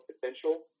potential